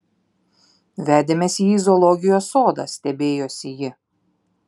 vedėmės jį į zoologijos sodą stebėjosi ji